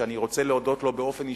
שאני רוצה להודות לו באופן אישי.